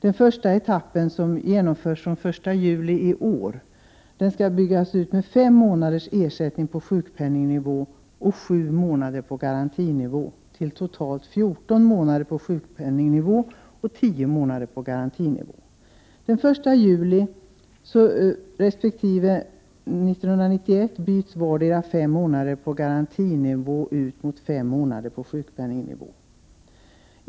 Den första etappen som genomförs från den 1 juli i år innebär att försäkringen skall byggas ut med fem månaders ersättning på sjukpenningnivå och sju månader på garantinivån, dvs. totalt fjorton månader på sjukpenningnivå och tio månader på garantinivå. Under den andra och tredje etappen, 1 juli 1990 resp. 1991, byts vardera fem månader på garantinivå ut mot fem månader på sjukpenningnivå.